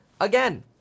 again